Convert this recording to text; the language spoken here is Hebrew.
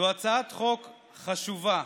זו הצעת חוק חשובה,